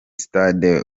stade